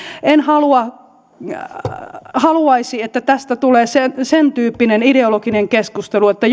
en haluaisi että tästä tulee sentyyppinen ideologinen keskustelu että